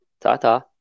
Ta-ta